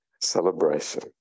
celebration